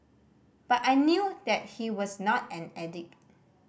but I knew that he was not an addict